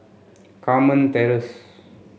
Carmen Terrace